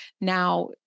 Now